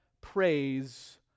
praise